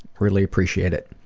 really appreciate it.